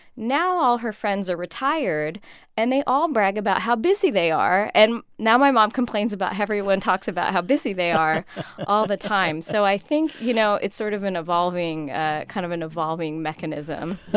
now all her friends are retired and they all brag about how busy they are. and now my mom complains about how everyone talks about how busy they are all the time. so i think, you know, it's sort of an evolving ah kind of an evolving mechanism